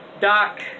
Doc